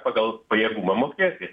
pagal pajėgumą mokėti